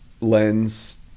lens